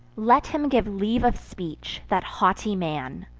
let him give leave of speech, that haughty man,